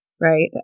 right